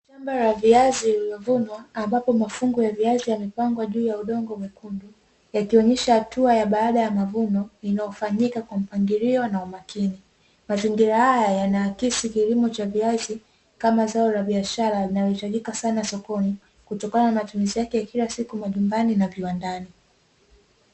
Boma la viazi limevunwa ambapo mafungu ya viazi yamepangwa juu ya udongo mwekundu, ikionyesha hatua ya baada ya mavuno inayofanyika kwa mpangilio na umakini. Mazingira haya yanaakisi kilimo cha viazi kama zao la biashara linalohitajika sana sokoni kutokana na matumizi yake kila siku majumbani na viwandani.